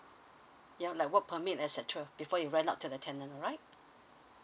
ya like work permit et cetera before you rent out to the tenant alright